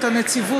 את הנציבות,